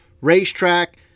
racetrack